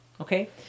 Okay